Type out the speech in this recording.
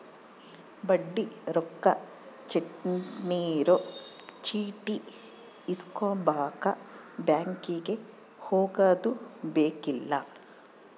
ಬಡ್ಡಿ ರೊಕ್ಕ ಕಟ್ಟಿರೊ ಚೀಟಿ ಇಸ್ಕೊಂಬಕ ಬ್ಯಾಂಕಿಗೆ ಹೊಗದುಬೆಕ್ಕಿಲ್ಲ